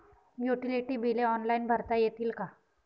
Utility बिले online भरता येतील का?